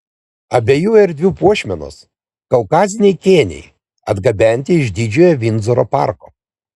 abiejų erdvių puošmenos kaukaziniai kėniai atgabenti iš didžiojo vindzoro parko